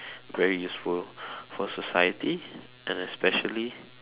very useful for society and especially